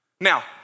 Now